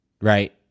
right